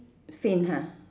same ha